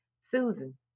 Susan